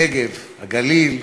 הנגב, הגליל.